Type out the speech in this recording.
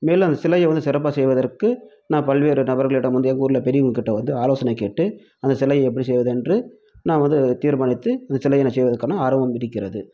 மேலும் அந்த சிலையை வந்து சிறப்பாக செய்வதற்கு நான் பல்வேறு நபர்களிடம் வந்து எங்கள் ஊர்ல பெரியவங்கள் கிட்ட வந்து ஆலோசனை கேட்டு அந்த சிலையை எப்படி செய்வதென்று நான் வந்து தீர்மானித்து இந்த சிலையை நான் செய்வதற்கான ஆர்வம் இருக்கிறது